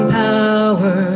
power